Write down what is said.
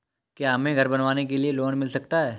क्या हमें घर बनवाने के लिए लोन मिल सकता है?